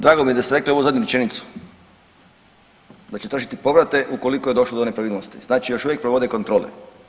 Drago mi je da ste rekli ovu zadnju rečenicu, znači tražiti povrate ukoliko je došlo do nepravilnosti, znači još uvijek provode kontrole.